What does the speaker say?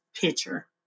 picture